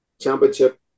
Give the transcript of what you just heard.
championship